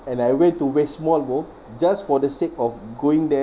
and I went to west mall bro just for the sake of going there